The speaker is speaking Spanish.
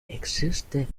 existe